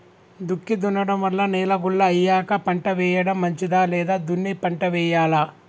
దుక్కి దున్నడం వల్ల నేల గుల్ల అయ్యాక పంట వేయడం మంచిదా లేదా దున్ని పంట వెయ్యాలా?